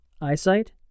eyesight